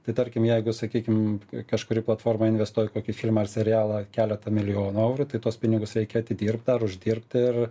tai tarkim jeigu sakykim kažkuri platforma investuoja į kokį filmą ar serialą keletą milijonų eurų tai tuos pinigus reikia atidirbt ar uždirbt ir